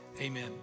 Amen